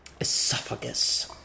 esophagus